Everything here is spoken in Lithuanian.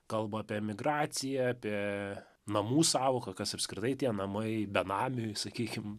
kalba apie emigraciją apie namų sąvoka kas apskritai tie namai benamiui sakykim